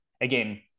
Again